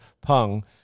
Pung